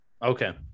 Okay